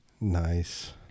Nice